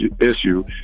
issue